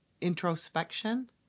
introspection